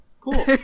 Cool